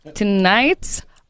tonight's